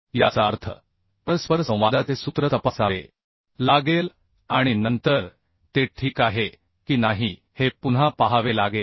याचा अर्थ परस्परसंवादाचे सूत्र तपासावे लागेल आणि नंतर ते ठीक आहे की नाही हे पुन्हा पाहावे लागेल